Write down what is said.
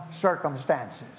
circumstances